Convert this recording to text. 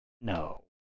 No